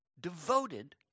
devoted